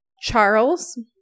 Charles